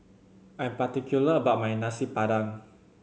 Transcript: I am particular about my Nasi Padang